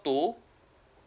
two